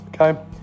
Okay